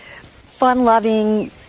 fun-loving